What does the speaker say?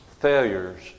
Failures